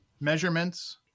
measurements